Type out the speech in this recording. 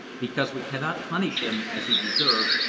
because we cannot punish him as he deserves,